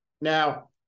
now